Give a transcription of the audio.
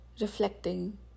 reflecting